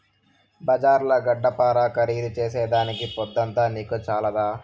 బజార్ల గడ్డపార ఖరీదు చేసేదానికి పొద్దంతా నీకు చాలదా